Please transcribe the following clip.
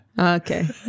Okay